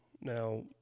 Now